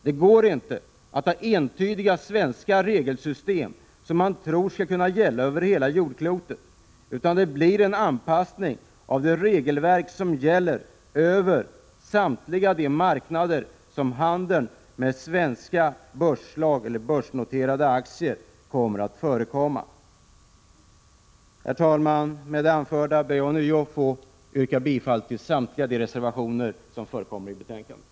Det går inte att ha entydiga svenska regelsystem som man tror skall kunna gälla över hela jordklotet, utan det blir en anpassning till de regelverk som gäller över samtliga de marknader där handeln med svenska börsslag och börsnoterade aktier kommer att förekomma. Herr talman! Med det anförda ber jag ånyo att få yrka bifall till samtliga de reservationer som förekommer i detta betänkande.